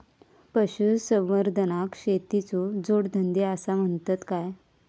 पशुसंवर्धनाक शेतीचो जोडधंदो आसा म्हणतत काय?